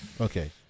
Okay